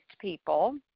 people